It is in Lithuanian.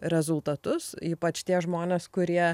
rezultatus ypač tie žmonės kurie